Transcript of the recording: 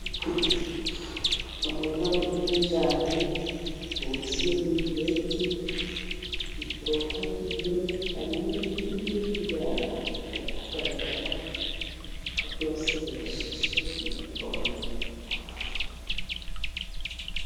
Umurima munini cyane wuzuyemo ibireti bitohagiye, hari n'ibindi biri hirya bitari kugaragara ariko byose birashishe biratohagiye.